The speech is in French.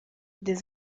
des